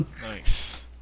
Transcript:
Nice